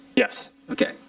yes. okay.